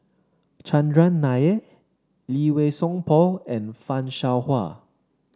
Chandran Nair Lee Wei Song Paul and Fan Shao Hua